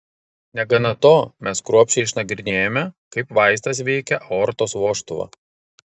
negana to mes kruopščiai išnagrinėjome kaip vaistas veikia aortos vožtuvą